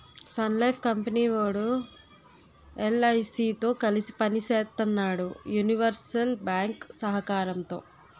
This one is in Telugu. సన్లైఫ్ కంపెనీ వోడు ఎల్.ఐ.సి తో కలిసి పని సేత్తన్నాడు యూనివర్సల్ బ్యేంకు సహకారంతో